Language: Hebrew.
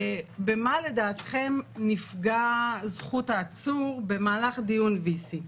במה לדעתכם נפגעה זכות העצור במהלך דיון VC?